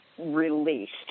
released